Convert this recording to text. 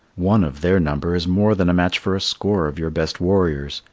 one of their number is more than a match for a score of your best warriors,